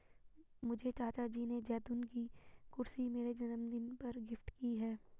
मुझे चाचा जी ने जैतून की कुर्सी मेरे जन्मदिन पर गिफ्ट की है